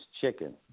chicken